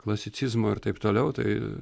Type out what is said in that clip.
klasicizmo ir taip toliau tai